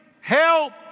Help